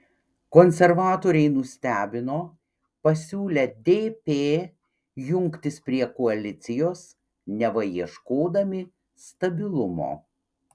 konservatoriai nustebino pasiūlę dp jungtis prie koalicijos neva ieškodami stabilumo